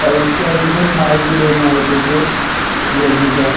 और उसका जैसे फाइव जी लेना हो तो तो रियलमी का